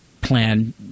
plan